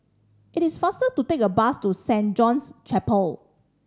it is faster to take a bus to Saint John's Chapel